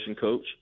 coach